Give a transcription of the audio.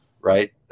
right